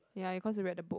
ya because you read the book